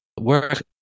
work